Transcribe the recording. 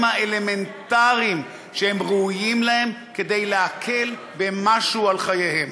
האלמנטריים שהם ראויים להם כדי להקל במשהו על חייהם.